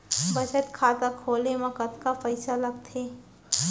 बचत खाता खोले मा कतका पइसा लागथे?